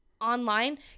Online